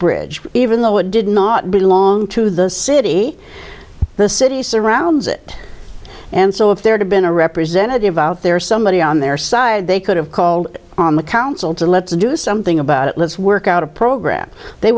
bridge even though it did not belong to the city the city surrounds it and so if there had been a representative out there somebody on their side they could have called on the council to let's do something about it let's work out a program they